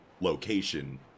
location